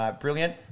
brilliant